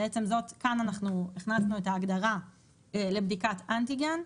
כאן הכנסנו את ההגדרה לבדיקת אנטיגן.